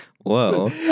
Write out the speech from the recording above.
Whoa